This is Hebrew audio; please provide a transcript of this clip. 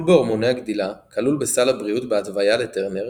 בהורמוני הגדילה כלול בסל הבריאות בהתוויה לטרנר,